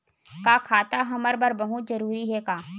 का खाता हमर बर बहुत जरूरी हे का?